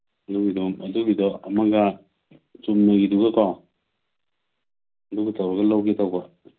ꯑꯗꯨꯒꯤꯗꯣ ꯑꯃꯒ ꯆꯨꯝꯅꯒꯤꯗꯨꯒꯀꯣ ꯑꯗꯨꯒ ꯇꯧꯔꯒ ꯂꯧꯒꯦ ꯇꯧꯕ